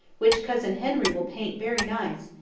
which cousin henry will paint very nice.